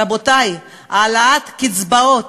רבותי, העלאת קצבאות